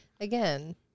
again